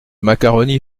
macaroni